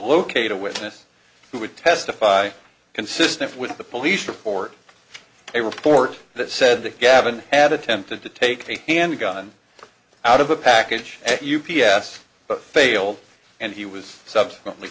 locate a witness who would testify consistent with the police report a report that said that gavin had attempted to take a handgun out of a package at u p s but failed and he was subsequently